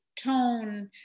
tone